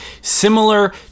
similar